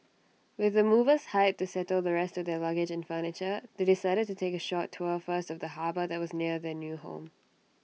with the movers hired to settle the rest of their luggage and furniture they decided to take A short tour first of the harbour that was near their new home